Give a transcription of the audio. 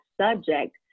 subject